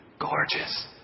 gorgeous